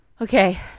Okay